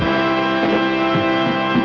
and